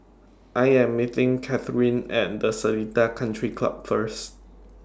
I Am meeting Catherine and Seletar Country Club First